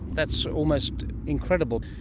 that's almost incredible.